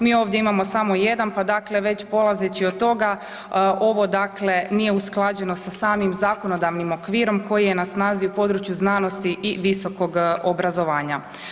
Mi ovdje imamo samo jedan, pa dakle već polazeći od toga ovo dakle nije usklađeno sa samim zakonodavnim okvirom koji je na snazi u području znanosti i visokog obrazovanja.